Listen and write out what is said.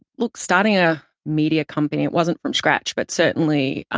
look, starting a media company, it wasn't from scratch, but certainly,